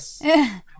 Yes